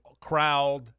crowd